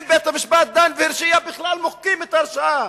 אם בית-המשפט דן והרשיע, בכלל מוחקים את ההרשעה.